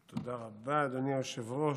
תודה רבה, אדוני היושב-ראש.